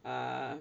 uh